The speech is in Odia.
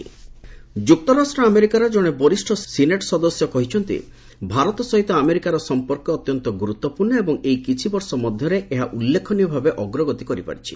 ୟୂଏସ୍ ଇଣ୍ଡିଆ ରିଲେସନ୍ନ ଯୁକ୍ତରାଷ୍ଟ୍ର ଆମେରିକାର ଜଣେ ବରିଷ ସିନେଟ୍ ସଦସ୍ୟ କହିଛନ୍ତି ଭାରତ ସହିତ ଆମେରିକାର ସମ୍ପର୍କ ଅତ୍ୟନ୍ତ ଗୁରୁତ୍ୱପୂର୍ଣ୍ଣ ଏବଂ ଏଇ କିଛିବର୍ଷ ମଧ୍ୟରେ ଏହା ଉଲ୍ଲେଖନୀୟ ଭାବେ ଅଗ୍ରଗତି କରିପାରିଛି